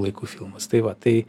laikų filmas tai va tai